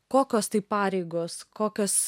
kokios tai pareigos kokios